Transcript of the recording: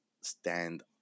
stand